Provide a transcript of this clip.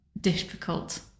difficult